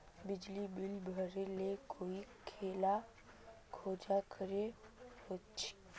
बिजली बिल भरे ले कोई लेखा जोखा करे होते की?